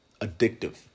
addictive